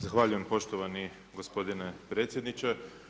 Zahvaljujem poštovani gospodine predsjedniče.